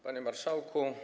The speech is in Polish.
Panie Marszałku!